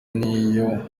n’iyo